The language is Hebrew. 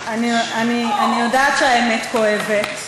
אני יודעת שהאמת כואבת,